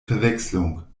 verwechslung